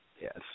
yes